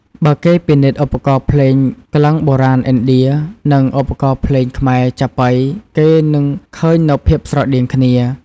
បើគេពិនិត្យឧបករណ៍ភ្លេងក្លិង្គបុរាណឥណ្ឌា និងឧបករណ៍ភ្លេងខ្មែរចាប៉ី គេនឹងឃើញនូវភាពស្រដៀងគ្នា។